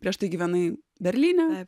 prieš tai gyvenai berlyne